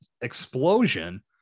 explosion